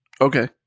Okay